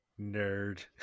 nerd